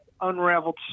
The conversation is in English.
unraveled